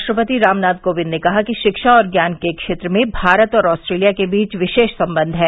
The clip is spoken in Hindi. राष्ट्रपति रामनाथ कोविंद ने कहा कि शिक्षा और ज्ञान के क्षेत्र में भारत और ऑस्ट्रेलिया के बीच विशेष संबंध है